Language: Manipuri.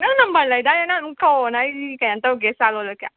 ꯅꯪ ꯅꯝꯕꯔ ꯂꯩꯗꯥꯏꯅꯦ ꯅꯪ ꯑꯗꯨꯝ ꯀꯧꯔꯣꯅ ꯑꯩꯗꯤ ꯀꯩꯅꯣ ꯇꯧꯒꯦ ꯆꯥ ꯂꯣꯜꯂꯛꯀꯦ